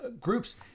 groups